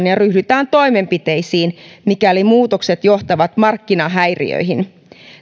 ja ryhdytään toimenpiteisiin mikäli muutokset johtavat markkinahäiriöihin